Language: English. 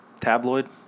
tabloid